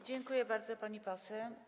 Dziękuję bardzo, pani poseł.